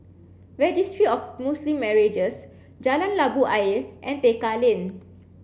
Registry of Muslim Marriages Jalan Labu Ayer and Tekka Lane